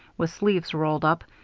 with sleeves rolled up,